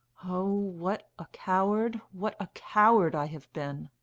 oh, what a coward what a coward i have been!